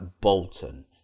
Bolton